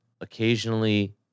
occasionally